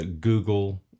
Google